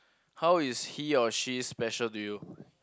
how is he or she special to you